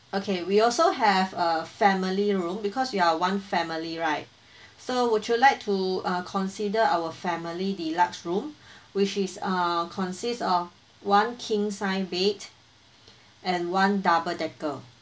okay we also have uh family room because we are one family right so would you like to uh consider our family the large room which is uh consists of one king size bed and one double decker